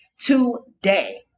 Today